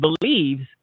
believes